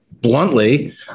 Bluntly